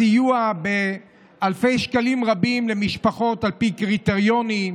סיוע באלפי שקלים רבים למשפחות על פי קריטריונים.